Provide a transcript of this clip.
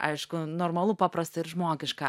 aišku normalu paprasta ir žmogiška